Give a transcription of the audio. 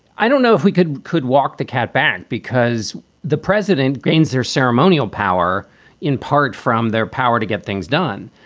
i don't know if we could could walk the cat back because the president gains their ceremonial power in part from their power to get things done.